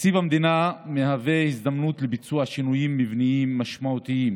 תקציב המדינה מהווה הזדמנות לביצוע שינויים מבניים משמעותיים